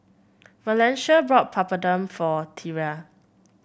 Valencia bought Papadum for Thyra